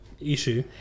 issue